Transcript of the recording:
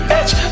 Bitch